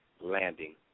Landing